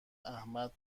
احمد